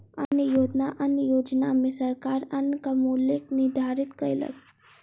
अन्त्योदय अन्न योजना में सरकार अन्नक मूल्य निर्धारित कयलक